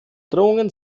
drohungen